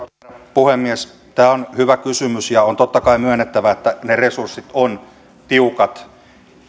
puhemies tämä on hyvä kysymys ja on totta kai myönnettävä että ne resurssit ovat tiukat